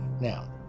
Now